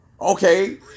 okay